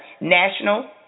National